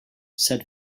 said